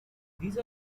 these